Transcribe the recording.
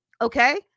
Okay